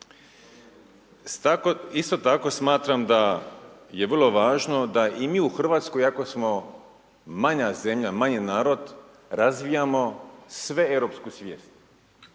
Isto tako smatram da je vrlo važno da i mi u Hrvatskoj iako smo manja zemlja, manji narod razvijamo sveeuropsku svijest,